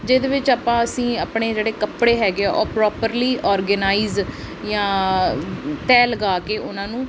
ਜਿਹਦੇ ਵਿੱਚ ਆਪਾਂ ਅਸੀਂ ਆਪਣੇ ਜਿਹੜੇ ਕੱਪੜੇ ਹੈਗੇ ਆ ਉਹ ਪ੍ਰੋਪਰਲੀ ਔਰਗਨਾਈਜ ਜਾਂ ਤਹਿ ਲਗਾ ਕੇ ਉਹਨਾਂ ਨੂੰ